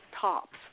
tops